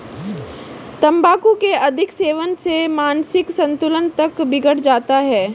तंबाकू के अधिक सेवन से मानसिक संतुलन तक बिगड़ जाता है